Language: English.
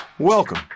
Welcome